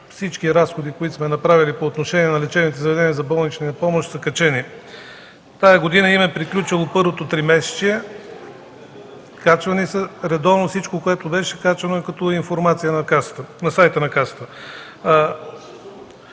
всички разходи, които сме направили по отношение на лицензията за болнична помощ, са качени. Тази година им е приключило първото тримесечие. Редовно всичко, което беше, е качвано като информация на сайта на Касата.